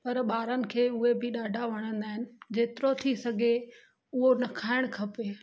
पर ॿारनि खे उहे बि ॾाढा वणंदा आहिनि जेतिरो थी सघे उहो न खाइणु खपे